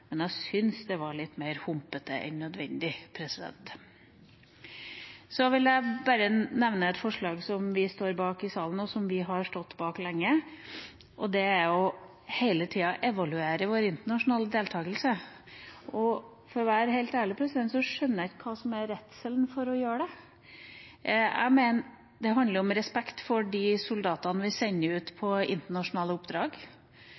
men jeg syntes det var litt mer humpete enn nødvendig. Så vil jeg bare nevne et forslag som vi står bak, og som vi har stått bak lenge, og det er hele tida å evaluere vår internasjonale deltakelse. For å være helt ærlig så skjønner jeg ikke hvorfor en er redd for å gjøre det. Jeg mener det handler om respekt for de soldatene vi sender ut på internasjonale oppdrag.